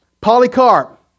Polycarp